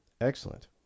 Excellent